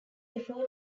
effort